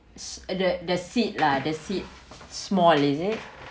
uh the the seat lah the seat small is it